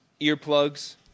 Earplugs